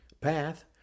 path